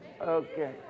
Okay